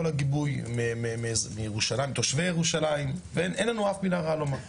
הגיבוי מתושבי ירושלים ואין לנו אף מילה רעה לומר.